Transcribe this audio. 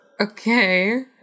Okay